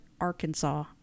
arkansas